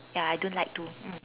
ya I don't like too mm